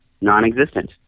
non-existent